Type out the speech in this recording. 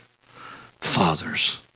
Fathers